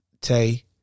Tay